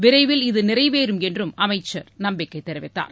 விரைவில் இது நிறைவேறும் என்றும் அமைச்சர் நம்பிக்கை தெரிவித்தார்